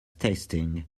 testing